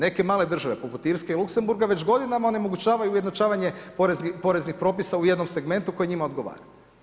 Neke male poput Irske ili Luksemburga već godinama onemogućavaju ujednačavanje poreznih propisa u jednom segmentu koji njima odgovara.